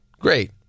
Great